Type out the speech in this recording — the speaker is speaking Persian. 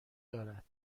دارد